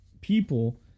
people